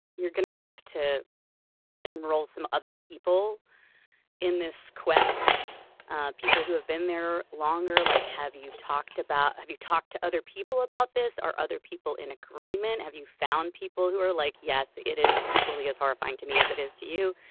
you're going gonna have to enroll some other people in this quest ah people who have been there longer like have you talked about. have you talked to other people about this are other people in agreement. have you found people who are like yes it is equally as horrifying to me as it is to you.